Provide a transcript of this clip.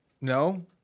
No